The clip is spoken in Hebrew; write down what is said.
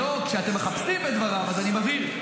כשאתם מחפשים בדבריו, אז אני מבהיר.